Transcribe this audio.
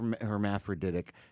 ...hermaphroditic